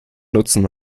nutzen